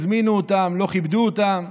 לא הזמינו אותם, לא כיבדו אותם.